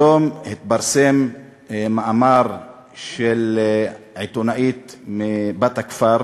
היום התפרסם מאמר של עיתונאית בת הכפר,